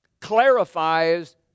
clarifies